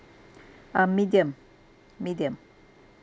uh medium medium